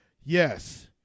Yes